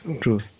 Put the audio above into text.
True